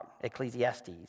Ecclesiastes